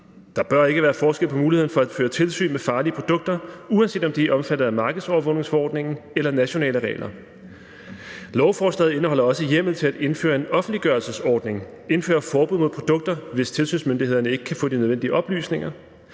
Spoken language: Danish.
Der bør ikke være forskel på muligheden for at føre tilsyn med farlige produkter, uanset om de er omfattet af markedsovervågningsforordningen eller nationale regler. Lovforslaget indeholder også hjemmel til at indføre en offentliggørelsesordning; indføre forbud mod produkter, hvis tilsynsmyndighederne ikke kan få de nødvendige oplysninger;